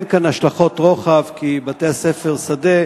אין כאן השלכות רוחב, כי בתי-ספר שדה